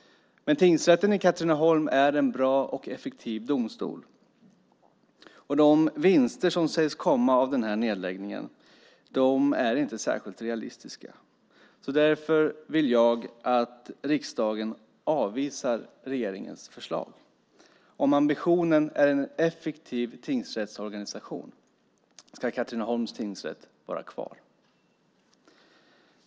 Men tingsrätten i Katrineholm är en bra och effektiv domstol. De vinster som sägs komma av den här nedläggningen är inte särskilt realistiska. Därför vill jag att riksdagen avvisar regeringens förslag. Om ambitionen är en effektiv tingsrättsorganisation ska Katrineholms tingsrätt vara kvar.